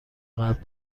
قبل